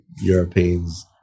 Europeans